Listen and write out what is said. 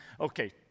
Okay